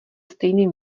stejným